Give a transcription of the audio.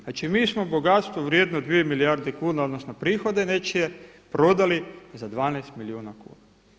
Znači mi smo bogatstvo vrijedno 2 milijarde kuna, odnosno prihode nečije prodali za 12 milijuna kuna.